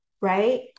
right